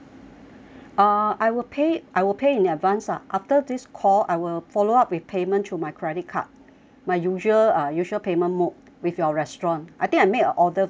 uh I will pay I will pay in advance lah after this call I will follow up with payment through my credit card my usual ah usual payment mode with your restaurant I think I make a order before